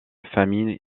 famille